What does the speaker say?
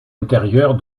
intérieure